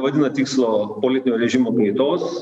vadina tikslo politinio režimo kaitos